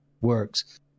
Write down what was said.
works